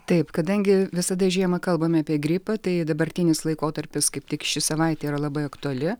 taip kadangi visada žiemą kalbame apie gripą tai dabartinis laikotarpis kaip tik ši savaitė yra labai aktuali